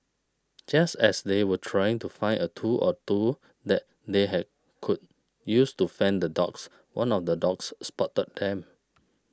just as they were trying to find a tool or two that they had could use to fend off the dogs one of the dogs spotted them